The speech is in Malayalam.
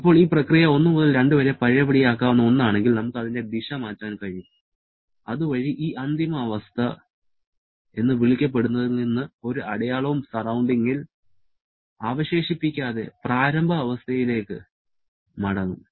ഇപ്പോൾ ഈ പ്രക്രിയ 1 മുതൽ 2 വരെ പഴയപടിയാക്കാവുന്ന ഒന്നാണെങ്കിൽ നമുക്ക് അതിന്റെ ദിശ മാറ്റാൻ കഴിയും അതുവഴി ഈ അന്തിമ അവസ്ഥ എന്ന് വിളിക്കപ്പെടുന്നതിൽ നിന്ന് ഒരു അടയാളവും സറൌണ്ടിങ്ങിൽ അവശേഷിപ്പിക്കാതെ പ്രാരംഭ അവസ്ഥയിലേക്ക് മടങ്ങും